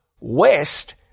west